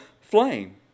flame